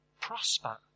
prosper